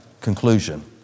Conclusion